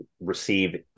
receive